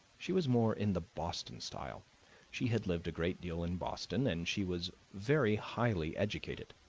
she was more in the boston style she had lived a great deal in boston, and she was very highly educated.